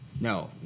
No